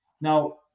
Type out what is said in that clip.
Now